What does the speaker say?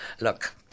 look